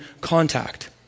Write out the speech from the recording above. contact